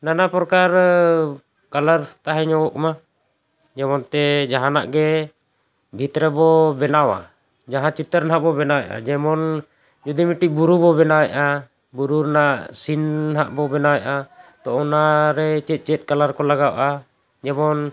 ᱱᱟᱱᱟ ᱯᱨᱚᱠᱟᱨ ᱠᱟᱞᱟᱨ ᱛᱟᱦᱮᱸ ᱧᱚᱜᱚᱜ ᱢᱟ ᱡᱮᱢᱚᱱ ᱛᱮ ᱡᱟᱦᱟᱱᱟᱜ ᱜᱮ ᱵᱷᱤᱛ ᱨᱮᱵᱚ ᱵᱮᱱᱟᱣᱟ ᱡᱟᱦᱟᱸ ᱪᱤᱛᱟᱹᱨ ᱱᱟᱦᱟᱜ ᱵᱚ ᱵᱮᱱᱟᱣᱮᱜᱼᱟ ᱡᱮᱢᱚᱱ ᱡᱩᱫᱤ ᱢᱤᱫᱴᱤᱡ ᱵᱩᱨᱩ ᱵᱚ ᱵᱮᱱᱟᱣᱮᱜᱼᱟ ᱵᱩᱨᱩ ᱨᱮᱱᱟᱜ ᱥᱤᱱ ᱱᱟᱦᱟᱜ ᱵᱚ ᱵᱮᱱᱟᱣᱮᱜᱼᱟ ᱛᱚ ᱚᱱᱟᱨᱮ ᱪᱮᱫ ᱪᱮᱫ ᱠᱟᱞᱟᱨ ᱠᱚ ᱞᱟᱜᱟᱜᱼᱟ ᱡᱮᱢᱚᱱ